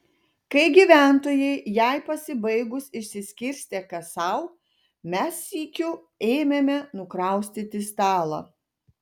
kai gyventojai jai pasibaigus išsiskirstė kas sau mes sykiu ėmėme nukraustyti stalą